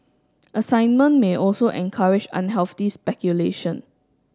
assignment may also encourage unhealthy speculation